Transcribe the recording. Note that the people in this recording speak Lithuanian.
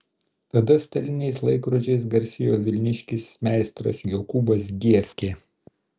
tada staliniais laikrodžiais garsėjo vilniškis meistras jokūbas gierkė